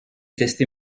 tester